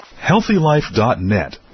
HealthyLife.net